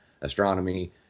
astronomy